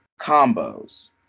combos